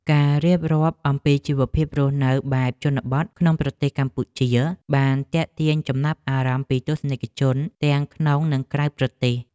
ការរៀបរាប់អំពីជីវភាពរស់នៅតាមបែបជនបទក្នុងប្រទេសកម្ពុជាបានទាក់ទាញចំណាប់អារម្មណ៍ពីទស្សនិកជនទាំងក្នុងនិងក្រៅប្រទេស។